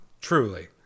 Truly